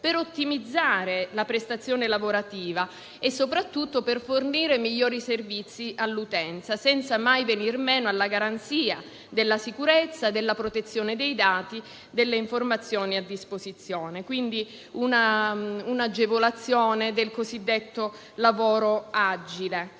per ottimizzare la prestazione lavorativa e, soprattutto, per fornire migliori servizi all'utenza, senza mai venir meno alla garanzia della sicurezza e della protezione dei dati e delle informazioni a disposizione. Quindi, una agevolazione del cosiddetto lavoro agile.